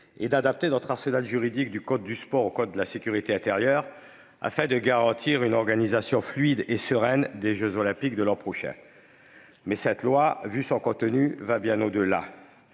est d'adapter notre arsenal juridique, du code du sport au code de la sécurité intérieure, afin de garantir une organisation fluide et sereine des jeux Olympiques de l'an prochain. Cependant, ce projet de loi va bien au-delà.